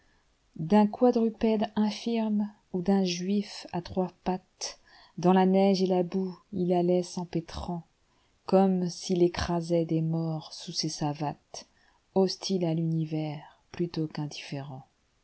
d'un quadrupède iafirme ou d'un juif à trois pattes dans la neigo et la boue il allait s'empêtrant comme s'il écrasait des morts sous ses savates hostile à l'univers plutôt qu'indifférent